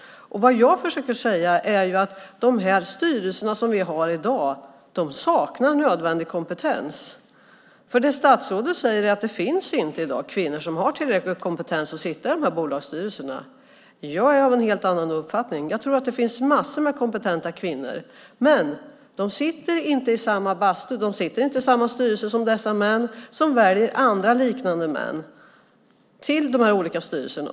Vad jag försöker säga är att de styrelser som vi har i dag saknar nödvändig kompetens. Statsrådet säger att det i dag inte finns kvinnor som har tillräcklig kompetens för att sitta i de här bolagsstyrelserna. Jag är av en helt annan uppfattning. Jag tror att det finns massor av kompetenta kvinnor. Men de sitter inte i samma bastu och sitter inte i samma styrelser som dessa män, som väljer andra, liknande män till dessa olika styrelser.